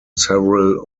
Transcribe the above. several